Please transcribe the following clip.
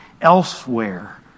elsewhere